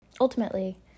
Ultimately